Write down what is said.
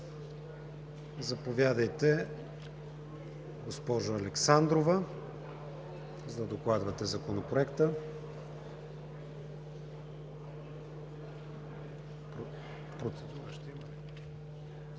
Заповядайте, госпожо Александрова, за да докладвате Законопроекта.